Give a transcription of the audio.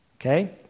okay